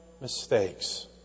mistakes